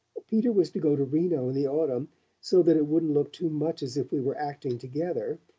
peter was to go to reno in the autumn so that it wouldn't look too much as if we were acting together.